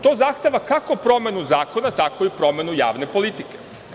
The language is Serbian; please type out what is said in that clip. To zahteva kako promenu zakona, tako i promenu javne politike.